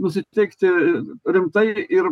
nusiteikti rimtai ir